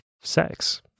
sex